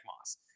Moss